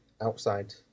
outside